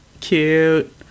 Cute